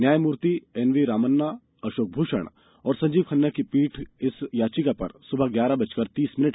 न्यायमूर्ति एनवी रामन्ना अशोक भूषण और संजीव खन्ना की पीठ इस याचिका पर सुबह ग्यारह मिनट बजकर तीस करेगी